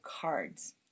cards